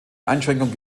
einschränkung